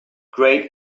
great